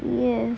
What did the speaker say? yes